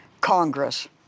Congress